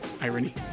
irony